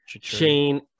Shane